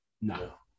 No